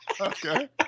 okay